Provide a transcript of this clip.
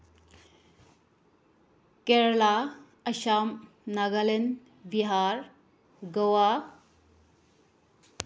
Kerala Assam Nagaland Bihar Goa